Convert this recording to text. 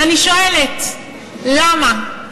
ואני שואלת: למה?